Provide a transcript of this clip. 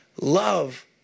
Love